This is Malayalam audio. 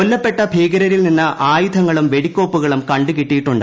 കൊല്ലപ്പെട്ട ഭീകരരിൽ നിന്ന് ആയുധങ്ങളും വെടിക്കോപ്പുകളും കണ്ടുകിട്ടിയിട്ടുണ്ട്